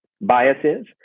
biases